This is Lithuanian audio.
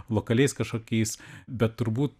lokaliais kažkokiais bet turbūt